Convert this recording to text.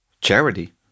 charity